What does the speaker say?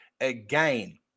again